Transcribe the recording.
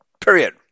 Period